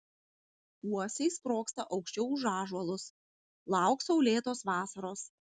uosiai sprogsta anksčiau už ąžuolus lauk saulėtos vasaros